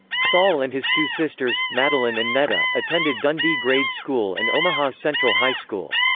saul and his two sisters, madeline and netta, attended dundee grade school and omaha central high school.